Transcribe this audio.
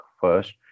first